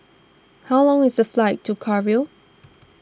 how long is the flight to Cairo